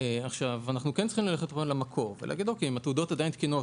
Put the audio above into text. אנחנו כן צריכים ללכת למקור ולומר שאם התעודות,